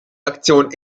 aktion